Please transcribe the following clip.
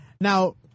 Now